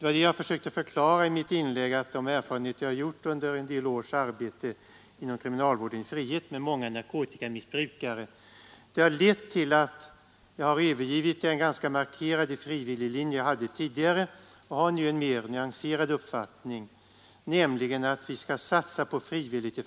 Vad jag försökte förklara i mitt inlägg var att de erfarenheter jag gjort under en del års arbete inom kriminalvården i frihet med många narkotikamissbrukare har lett fram till att jag har övergivit den ganska markerade frivilliglinje jag tidigare följde. Jag har nu en mer nyanserad uppfattning, nämligen att vi i fö hand bör satsa på frivillighet.